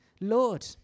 Lord